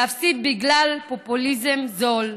להפסיק, בגלל פופוליזם זול.